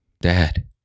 Dad